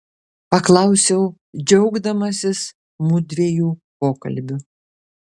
paklausiau džiaugdamasis mudviejų pokalbiu